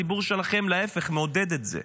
הציבור שלכם מעודד את זה.